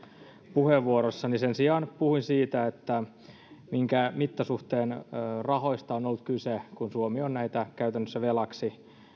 puheenvuorossani sen sijaan puhuin siitä minkä mittasuhteen rahoista on ollut kyse kun suomi on näitä antanut käytännössä velaksi